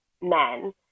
men